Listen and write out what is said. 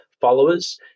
followers